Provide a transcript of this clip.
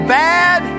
bad